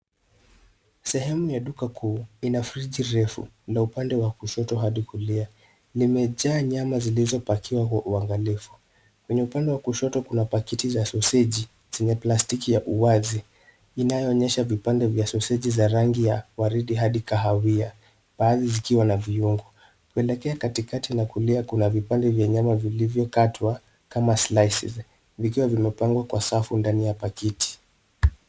Sehemu ya duka kuu inafriji refu ina upande wa kushoto hadi kulia. Limejaa nyama zilizopakiwa kwa uangalifu. Kwenye upande wa kushoto kuna pakiti za sausage zenye plastiki ya uwazi inayoonyesha vipande vya sausage za rangi ya waridi hadi kahawia baadhi zikiwa na viungo. Kuelekea katikati la kulia kuna vipande vya nyama vilivyo katwa kama slices vikiwa vimepangwa kwa safu ndani ya pakiti